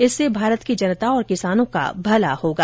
इससे भारत की जनता और किसानों का भला होगा